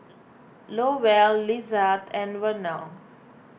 Lowell Lizeth and Vernal